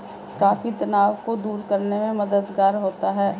coffee तनाव को दूर करने में मददगार होता है